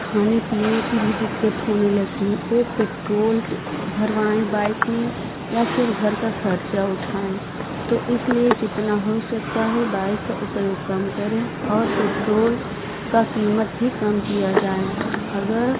खाने पीने कि भी दिक्कत होने लगती है ओ पेट्रोल भरवाएँ बाइक में या फिर घर का खर्चा उठाएँ तो इसलिए जितना हो सकता है बाइक का उपयोग कम करेंऔर पेट्रोल का कीमत भी काम किया जाए अगर